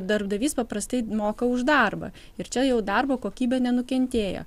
darbdavys paprastai moka už darbą ir čia jau darbo kokybė nenukentėjo